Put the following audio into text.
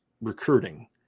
recruiting